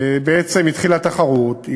בעצם התחילה תחרות,